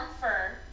fur